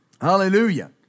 Hallelujah